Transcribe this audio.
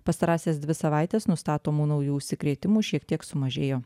pastarąsias dvi savaites nustatomų naujų užsikrėtimų šiek tiek sumažėjo